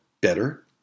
better